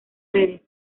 redes